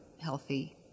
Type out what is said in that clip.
healthy